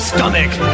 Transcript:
Stomach